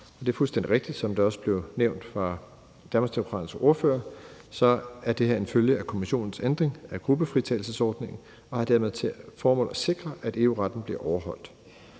Det er fuldstændig rigtigt, som det også er blevet nævnt af Danmarksdemokraternes ordfører, at det her er en følge af Kommissionens ændring af gruppefritagelsesforordningen og dermed har til formål at sikre, at EU-retten bliver overholdt.